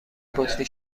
بطری